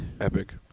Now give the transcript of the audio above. Epic